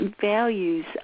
values